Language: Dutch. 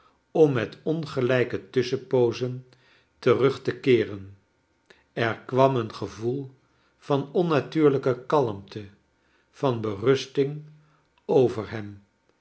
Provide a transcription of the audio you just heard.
om met ongelijke tusschenpoozen terug te keeren er kwam een gevoel van onnatuurlijke kalmte van berusting over hem